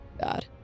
God